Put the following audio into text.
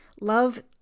Love